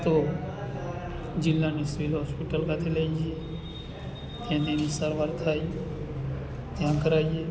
તો જિલ્લાની civil hospital ખાતે લઈ જઈએ ત્યાં તેની સારવાર થાય ત્યાં કરાવીએ